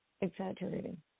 exaggerating